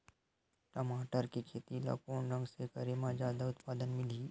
टमाटर के खेती ला कोन ढंग से करे म जादा उत्पादन मिलही?